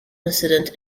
incident